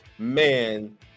man